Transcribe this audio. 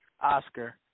Oscar